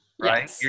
right